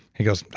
he goes, ah,